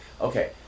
Okay